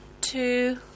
two